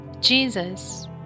Jesus